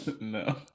No